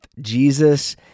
Jesus